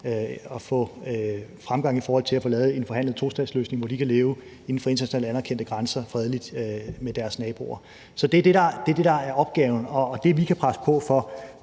at få fremgang i forhold til at få lavet en forhandlet tostatsløsning, hvor de kan leve inden for internationalt anerkendte grænser fredeligt med deres naboer. Så det er det, der er opgaven. Og det, vi kan presse på for,